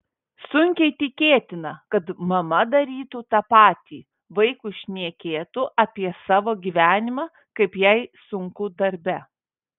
sunkiai tikėtina kad mama darytų tą patį vaikui šnekėtų apie savo gyvenimą kaip jai sunku darbe